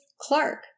Clark